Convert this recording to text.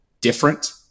different